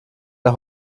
der